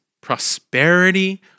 prosperity